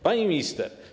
Pani Minister!